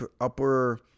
upper